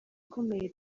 ikomeye